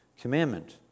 commandment